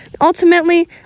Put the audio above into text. Ultimately